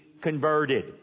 converted